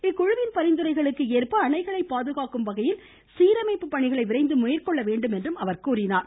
இக்குழுவின் பரிந்துரைகளுக்கு ஏற்ப அணைகளை பாதுகாக்கும் வகையில் சீரமைப்பு பணிகளை விரைந்து மேற்கொள்ள வேண்டும் என்றும் அவர் கூறியுள்ளார்